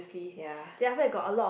ya